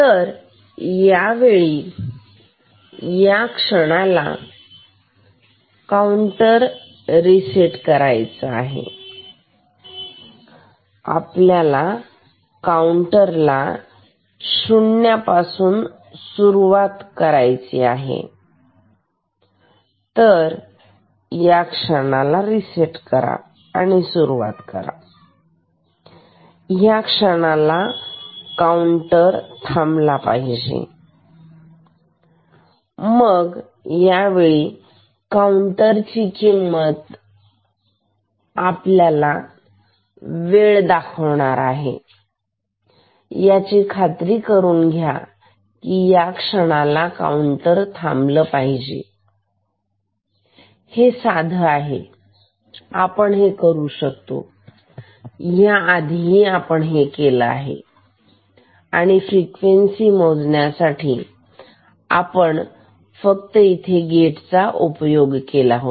तर यावेळी या क्षणाला काउंटर रिसेट करायचा आहे तर आपल्याला काउंटरला शून्यापासून सुरुवात करायची आहे तर या क्षणाला रिसेट करा आणि सुरुवात करा आणि ह्या क्षणाला काउंटर थांबला पाहिजे आणि मग यावेळी काउंटर ची किंमत आपल्याला वेळ दाखवणार आहे तर याची खात्री करून घ्या की या क्षणाला काउंटर थांबलं पाहिजे ही साधा आहे आपण करू शकतो आपण या आधीही केला आहे फ्रिक्वेन्सी मोजण्यासाठी फक्त तिथे आपण गेट असा उपयोग केला होता